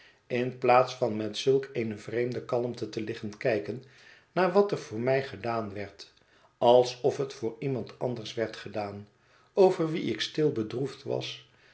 in plaats van met zulk eene vreemde kalmte te liggen kijken naar wat er voor mij gedaan werd alsof het voor iemand anders werd gedaan over wie ik stil bedroefd was